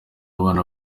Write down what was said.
abana